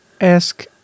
Ask